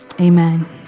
amen